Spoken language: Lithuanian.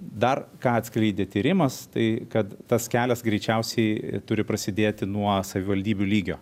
dar ką atskleidė tyrimas tai kad tas kelias greičiausiai turi prasidėti nuo savivaldybių lygio